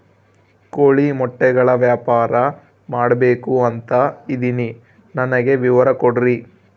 ಕೋಳಿ ಮೊಟ್ಟೆಗಳ ವ್ಯಾಪಾರ ಮಾಡ್ಬೇಕು ಅಂತ ಇದಿನಿ ನನಗೆ ವಿವರ ಕೊಡ್ರಿ?